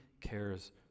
cares